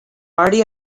already